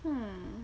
mm